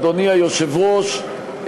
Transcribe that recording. אדוני היושב-ראש,